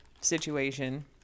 situation